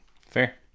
fair